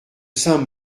saint